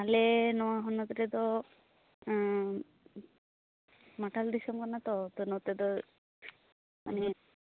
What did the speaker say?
ᱟᱞᱮ ᱱᱚᱣᱟ ᱦᱚᱱᱚᱛ ᱨᱮᱫᱚ ᱢᱟᱛᱟᱞ ᱫᱤᱥᱚᱢ ᱠᱟᱱᱟ ᱛᱚ ᱛᱚ ᱱᱚᱛᱮᱫᱚ ᱢᱟᱱᱮ